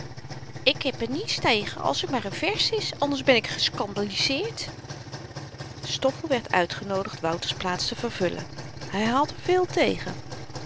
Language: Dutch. ik heb er niets tegen als er maar een vers is anders ben ik geskandeliseerd stoffel werd uitgenoodigd wouters plaats te vervullen hy had er veel tegen